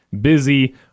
busy